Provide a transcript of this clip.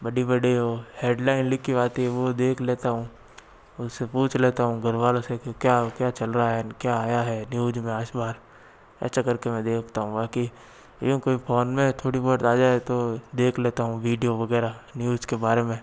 बड़ी बड़ी वो हैडलाइन लिखी हुई आती है वो देख लेता हूँ उनसे पूछ लेता हूँ घर वालों से क्यों क्या क्या चल रहा है क्या आया है न्यूज़ में आज सुबह ऐसा करके में देखता हूँ बाकि यूँ कि फ़ोन में थोड़ी बहुत आ जाए तो देख लेता हूँ वीडियो वगैरह न्यूज़ के बारे में